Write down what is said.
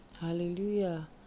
hallelujah